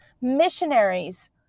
missionaries